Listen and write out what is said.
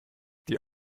die